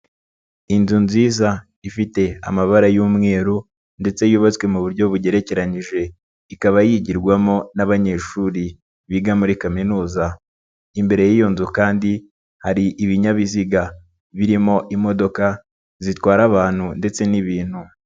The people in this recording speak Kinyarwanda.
Inzu nziza ifite amabara y'umweru ndetse yubatswe mu buryo bugerekeranyije, ikaba yigirwamo n'abanyeshuri biga muri kaminuza, imbere y'iyo nzu kandi hari ibinyabiziga birimo imodoka zitwara abantu ndetse n'ibintu.